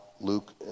Luke